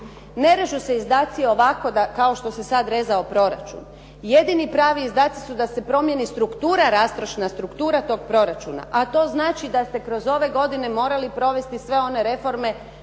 Ne režu se izdaci ovako da kao što se sada rezao proračun. Jedini pravi izdaci su da se promijeni struktura, rastrošna struktura toga proračuna. A to znači da ste kroz ove godine morali provesti sve one reforme